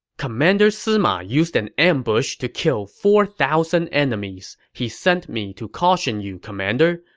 commander sima used an ambush to kill four thousand enemies. he sent me to caution you, commander.